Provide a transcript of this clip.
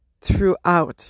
throughout